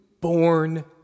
Born